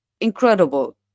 incredible